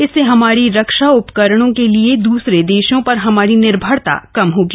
इससे हमारी रक्षा उपकरणों के लिए द्सरे देशों पर हमारी निर्भरता कम होगी